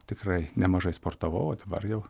tikrai nemažai sportavau o dabar jau